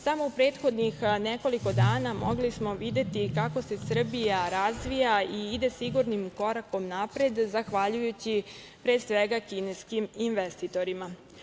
Samo u prethodnih nekoliko dana mogli smo videti kako se Srbija razvija i ide sigurnim korakom napred zahvaljujući pre svega kineskim investitorima.